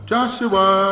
Joshua